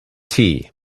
tea